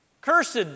Cursed